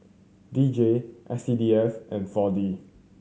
D J S C D F and Four D